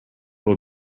will